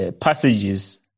passages